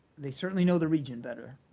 they certainly know the region better.